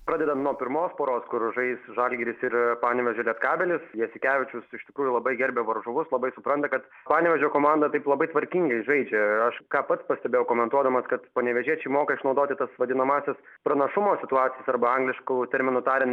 pradedant nuo pirmos poros kur žais žalgiris ir panevėžio lietkabelis jasikevičius iš tikrųjų labai gerbia varžovus labai supranta kad panevėžio komanda taip labai tvarkingai žaidžia aš ką pats pastebėjau komentuodamas kad panevėžiečiai moka išnaudoti tas vadinamąsias pranašumo situacijas arba anglišku terminu tarian